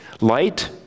light